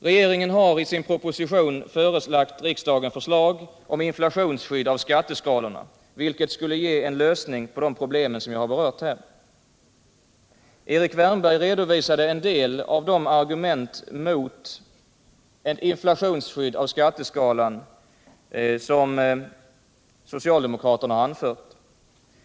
Regeringen har i sin proposition förelagt riksdagen förslag om inflationsskydd av skatteskalorna, vilket skall ge en lösning på de problem jag har berört här. Erik Wärnberg redovisade en del av de argument mot inflationsskydd av skatteskalan som socialdemokraterna har anfört.